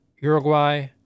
Uruguay